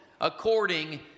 according